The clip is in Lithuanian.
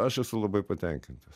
aš esu labai patenkintas